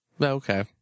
Okay